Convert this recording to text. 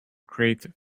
creative